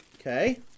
okay